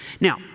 Now